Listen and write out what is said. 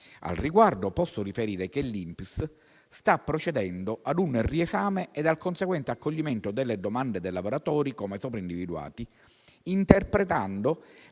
Al riguardo posso riferire che l'INPS sta procedendo a un riesame e al conseguente accoglimento delle domande dei lavoratori, come sopra individuati, interpretando